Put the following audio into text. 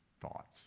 thoughts